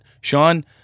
Sean